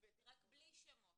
רק בלי שמות.